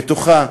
בתוכה.